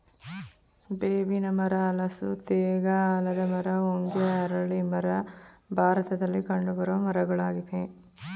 ಬೇವಿನ ಮರ, ಹಲಸು, ತೇಗ, ಆಲದ ಮರ, ಹೊಂಗೆ, ಅರಳಿ ಮರ ಭಾರತದಲ್ಲಿ ಕಂಡುಬರುವ ಮರಗಳಾಗಿವೆ